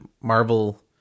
Marvel